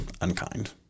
unkind